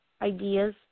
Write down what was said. ideas